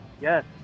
Yes